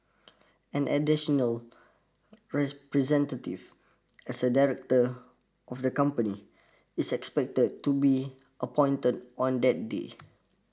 an additionalrepresentative as a director of the company is expected to be appointed on that day